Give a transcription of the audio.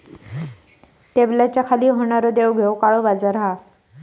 टेबलाच्या खाली होणारी देवघेव काळो बाजार हा